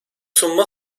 sunma